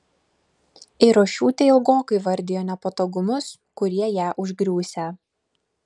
eirošiūtė ilgokai vardijo nepatogumus kurie ją užgriūsią